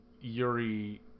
Yuri